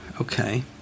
Okay